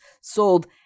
sold